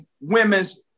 Women's